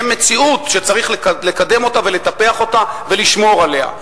הם מציאות שצריך לקדם אותה ולטפח אותה ולשמור עליה.